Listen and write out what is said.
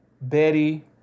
Betty